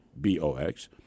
B-O-X